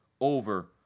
over